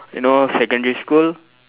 you know secondary school